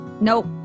nope